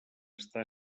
està